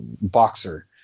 boxer